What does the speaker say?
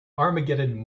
armageddon